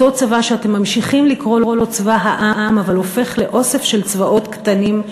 אותו צבא שאתם ממשיכים לקרוא לו צבא העם אבל הופך לאוסף של צבאות קטנים,